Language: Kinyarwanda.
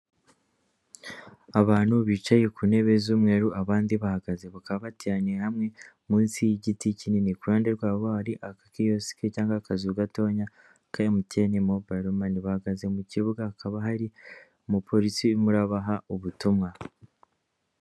Abantu bicaye ku ntebe z'umweru abandi bahagaze, bakaba bateye hamwe munsi y'igiti kinini, kuruhande rwabo hari agakiyosiki ke cyangwa akazu gatonya ka emutiyene mobayire mani, bahagaze mu kibuga hakaba hari umupolisi uri kubaha ubutumwa.